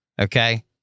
Okay